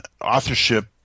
authorship